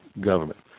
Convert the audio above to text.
government